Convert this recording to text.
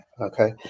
okay